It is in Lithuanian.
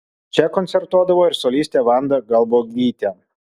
čia koncertuodavo ir solistė vanda galbuogytė